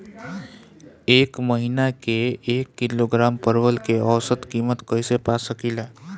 एक महिना के एक किलोग्राम परवल के औसत किमत कइसे पा सकिला?